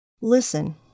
Listen